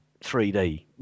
3D